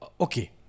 okay